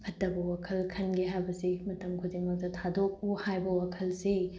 ꯐꯠꯇꯕ ꯋꯥꯈꯜ ꯈꯟꯒꯦ ꯍꯥꯏꯕꯁꯤ ꯃꯇꯝ ꯈꯨꯗꯤꯡꯃꯛꯇ ꯊꯥꯗꯣꯛꯎ ꯍꯥꯏꯕ ꯋꯥꯈꯜꯂꯤ